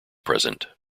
present